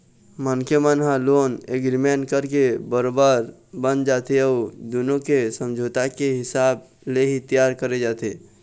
मनखे मन ह लोन एग्रीमेंट करके बरोबर बंध जाथे अउ दुनो के समझौता के हिसाब ले ही तियार करे जाथे